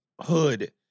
hood